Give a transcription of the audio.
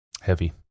Heavy